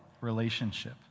relationship